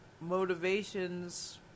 Motivations